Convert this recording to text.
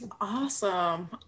Awesome